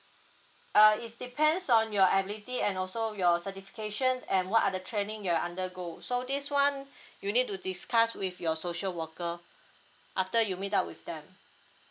uh it depends on your ability and also your certification and what are the training you are undergo so this one you need to discuss with your social worker after you meet up with them